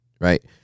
right